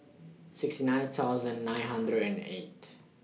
sixty nine thousand nine hundred and eight